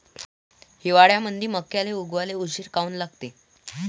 हिवाळ्यामंदी मक्याले उगवाले उशीर काऊन लागते?